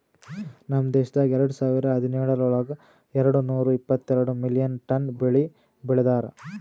ನಮ್ ದೇಶದಾಗ್ ಎರಡು ಸಾವಿರ ಹದಿನೇಳರೊಳಗ್ ಎರಡು ನೂರಾ ಎಪ್ಪತ್ತೆರಡು ಮಿಲಿಯನ್ ಟನ್ ಬೆಳಿ ಬೆ ಳದಾರ್